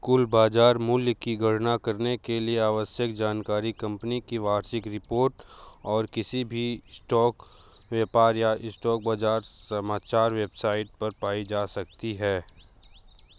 कुल बाज़ार मूल्य की गणना करने के लिए आवश्यक जानकारी कंपनी की वार्षिक रिपोर्ट और किसी भी स्टॉक व्यापार या स्टॉक बाज़ार समाचार वेबसाइट पर पाई जा सकती है